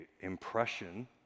impression